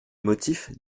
motif